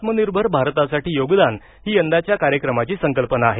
आत्मनिर्भर भारतासाठी योगदान ही यंदाच्या कार्यक्रमाची संकल्पना आहे